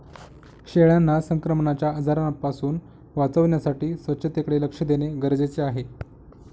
शेळ्यांना संक्रमणाच्या आजारांपासून वाचवण्यासाठी स्वच्छतेकडे लक्ष देणे गरजेचे आहे